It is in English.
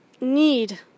need